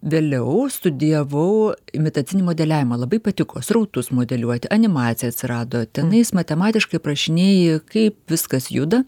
vėliau studijavau imitacinį modeliavimą labai patiko srautus modeliuoti animacija atsirado tenais matematiškai aprašinėji kaip viskas juda